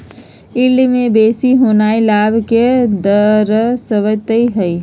yield के बेशी होनाइ लाभ के दरश्बइत हइ